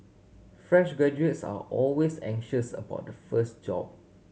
fresh graduates are always anxious about the first job